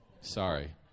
Sorry